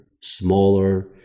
smaller